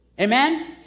Amen